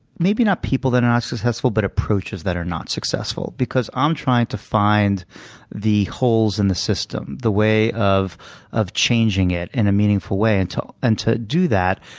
maybe not people that are not successful, but approaches that are not successful. because i'm trying to find the holes in the system, the way of of changing it in a meaningful way. and to do that,